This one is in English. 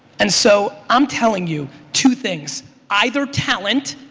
and so, i'm telling you two things either talent,